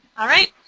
alright,